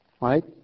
Right